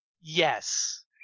Yes